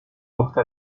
porte